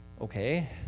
okay